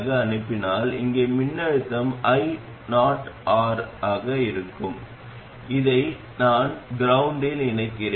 அதற்கு நேர்மாறான நிகழ்வு id மிகப் பெரியது